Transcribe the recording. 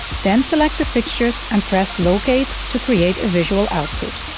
then select the fixtures and press locate to create a visual output